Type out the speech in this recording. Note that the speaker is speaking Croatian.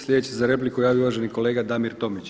Slijedeći se za repliku javio uvaženi kolega Damir Tomić.